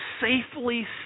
safely